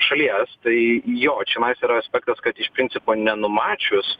šalies tai jo čianais yra aspektas kad iš principo nenumačius